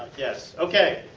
yes. ok.